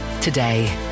today